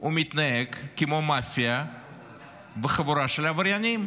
הוא מתנהג כמו מאפיה וחבורה של עבריינים.